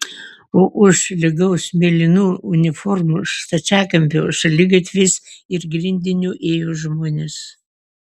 o už lygaus mėlynų uniformų stačiakampio šaligatviais ir grindiniu ėjo žmonės